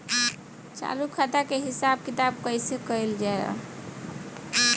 चालू खाता के हिसाब किताब कइसे कइल जाला?